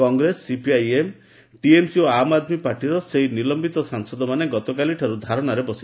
Congress CPIM TMC ଓ ଆମ୍ ଆଦ୍ମୀ ପାର୍ଟିର ସେହି ନିଲମ୍ବିତ ସାଂସଦମାନେ ଗତକାଲିଠାରୁ ଧାରଣାରେ ବସିଥିଲେ